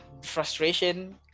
frustration